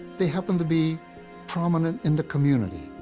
they happened to be prominent in the community.